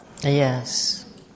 Yes